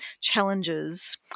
challenges